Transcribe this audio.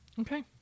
Okay